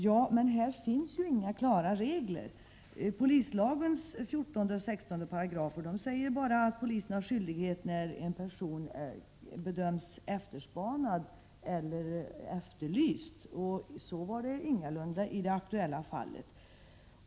Ja, men det finns inga klara regler. Polislagens 14 och 16 §§ säger bara att polisen har skyldigheter när en person bedöms vara efterspanad eller efterlyst. Så var det ingalunda i det aktuella fallet.